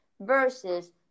versus